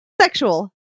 sexual